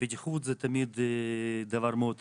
בטיחות תמיד זה דבר מאוד רגיש,